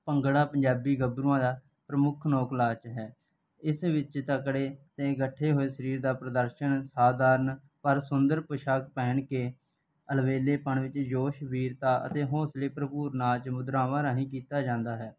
ਭੰਗੜਾ ਪੰਜਾਬੀ ਗੱਭਰੂਆਂ ਦਾ ਪ੍ਰਮੁੱਖ ਲੋਕ ਨਾਚ ਹੈ ਇਸ ਵਿੱਚ ਤਕੜੇ ਅਤੇ ਗੱਠੇ ਹੋਏ ਸਰੀਰ ਦਾ ਪ੍ਰਦਰਸ਼ਨ ਸਾਧਾਰਨ ਪਰ ਸੁੰਦਰ ਪੌਸ਼ਾਕ ਪਹਿਨ ਕੇ ਅਲਬੇਲੇਪਣ ਵਿੱਚ ਜੋਸ਼ ਵੀਰਤਾ ਅਤੇ ਹੌਸਲੇ ਭਰਪੂਰ ਨਾਚ ਮੁਦਰਾਵਾਂ ਰਾਹੀਂ ਕੀਤਾ ਜਾਂਦਾ ਹੈ